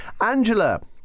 Angela